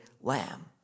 lamb